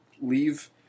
leave